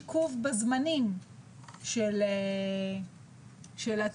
יש עיכוב בזמנים של הטיפול,